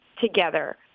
together